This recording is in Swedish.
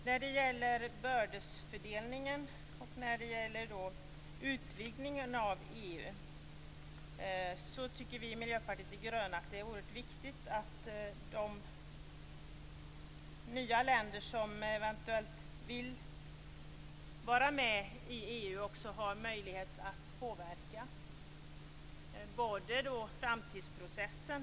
När det gäller bördefördelningen och utvidgningen av EU tycker vi i Miljöpartiet de gröna att det är oerhört viktigt att de nya länder som eventuellt vill vara med i EU också har möjlighet att påverka framtidsprocessen.